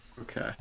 okay